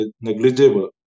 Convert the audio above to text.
negligible